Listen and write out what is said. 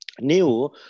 New